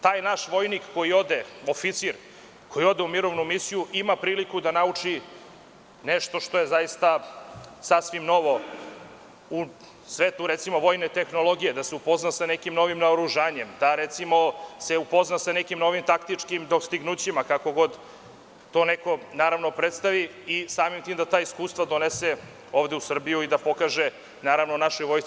Taj naš vojnik koji ode, oficir, koji ode u mirovnu misiju ima priliku da nauči nešto što je zaista sasvim novo u svetu vojne tehnologije, da se upozna sa nekim novim naoružanjem, da se upozna sa nekim novim taktičkim dostignućima kako god to neko predstavi i samim tim da ta iskustva donese ovde u Srbiju i da pokaže našoj vojsci.